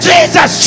Jesus